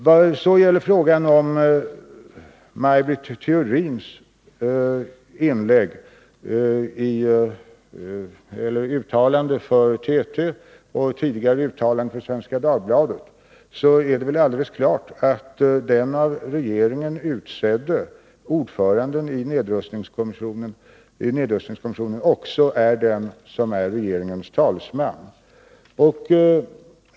Vad sedan gäller Maj Britt Theorins uttalande för TT och tidigare uttalanden för Svenska Dagbladet är det väl alldeles klart att den av regeringen utsedde ordföranden i nedrustningskommissionen också är den person som är regeringens talesman.